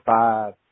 five